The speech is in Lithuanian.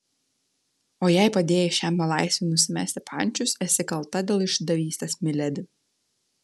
o jei padėjai šiam belaisviui nusimesti pančius esi kalta dėl išdavystės miledi